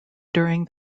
during